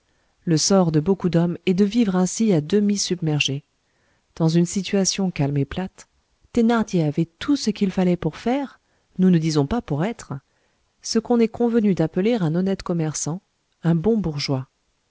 le sort de beaucoup d'hommes est de vivre ainsi à demi submergés dans une situation calme et plate thénardier avait tout ce qu'il fallait pour faire nous ne disons pas pour être ce qu'on est convenu d'appeler un honnête commerçant un bon bourgeois